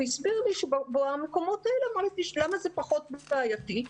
למה זה פחות בעייתי?